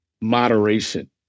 moderation